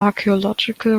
archaeological